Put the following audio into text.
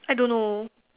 I don't know